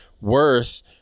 worth